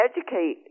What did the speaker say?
educate